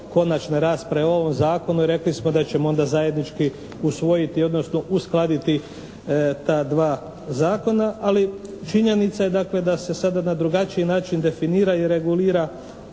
konačne rasprave o ovom zakonu i rekli smo da ćemo onda zajednički usvojiti odnosno uskladiti ta dva zakona, ali činjenica je dakle da se sada na drugačiji način definira i regulira